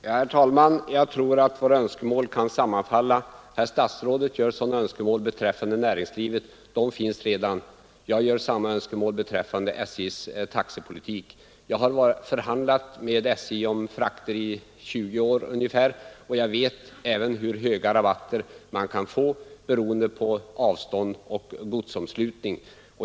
Herr talman! Jag tror att våra önskemål kan sammanfalla. De önskemål statsrådet har beträffande näringslivet är redan uppfyllda; jag har samma önskemål beträffande SJ:s taxepolitik. Jag har förhandlat med SJ om frakter i ungefär 20 år, och jag vet även hur höga rabatter man kan få beroende på avstånd och godsomslutning.